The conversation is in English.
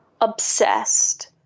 obsessed